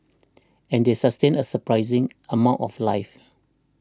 and they sustain a surprising amount of life